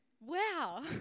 Wow